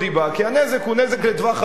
כי הנזק הוא נזק לטווח ארוך.